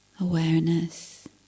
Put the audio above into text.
awareness